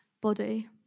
body